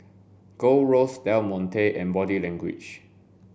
Gold Roast Del Monte and Body Language